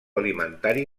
alimentari